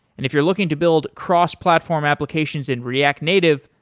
if you're looking to build cross-platform applications in react native,